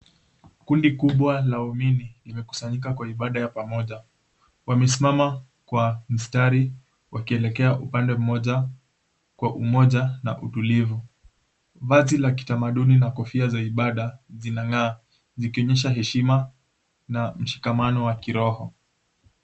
Kundi kubwa la waumini limekusanyika kwa ibada ya pamoja. Wamesimama kwa mstari wakielekea upande mmoja kwa umoja na utulivu. Vazi la kitamaduni na kofia za ibada zinang'aa, zikionyesha heshima na mshikamano wa kiroho.